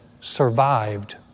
survived